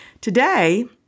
today